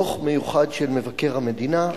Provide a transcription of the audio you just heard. דוח מיוחד של מבקר המדינה,